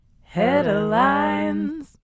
Headlines